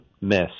miss